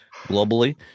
globally